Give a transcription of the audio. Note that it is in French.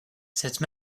cette